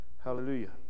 Hallelujah